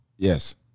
Yes